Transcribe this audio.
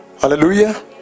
hallelujah